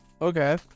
Okay